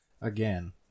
Again